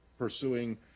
Pursuing